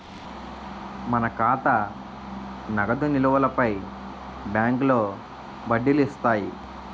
మన ఖాతా నగదు నిలువులపై బ్యాంకులో వడ్డీలు ఇస్తాయి